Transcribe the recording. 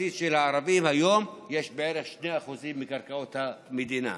פרטית של הערבים היום יש בערך 2% מקרקעות המדינה.